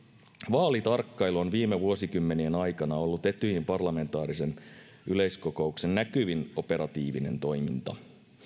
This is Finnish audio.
vaalitarkkailu on viime vuosikymmenien aikana ollut etyjin parlamentaarisen yleiskokouksen näkyvin operatiivinen toiminta